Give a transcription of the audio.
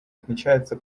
отмечается